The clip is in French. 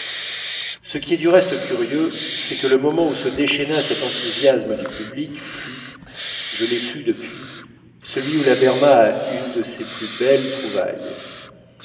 ce qui est du reste curieux c'est que le moment où se déchaîna cet enthousiasme du public fut je l'ai su depuis celui où la berma a une de ses plus belles trouvailles